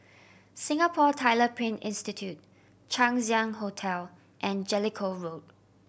Singapore Tyler Print Institute Chang Ziang Hotel and Jellicoe Road